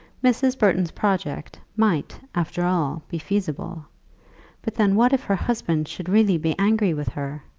mrs. burton's project might, after all, be feasible but then what if her husband should really be angry with her?